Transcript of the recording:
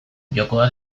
jokoa